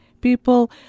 People